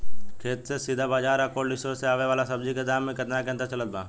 खेत से सीधा बाज़ार आ कोल्ड स्टोर से आवे वाला सब्जी के दाम में केतना के अंतर चलत बा?